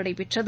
நடைபெற்றது